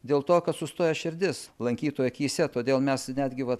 dėl to kad sustoja širdis lankytojų akyse todėl mes netgi va